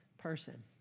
Person